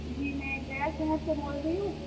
جی میں گیا سمر سے بول رہی ہوں